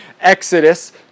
Exodus